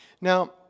Now